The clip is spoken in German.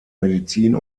medizin